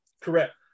Correct